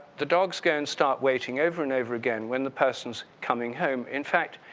the dogs go and start waiting over and over again when the person is coming home. in fact,